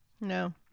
No